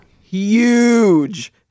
huge